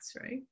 right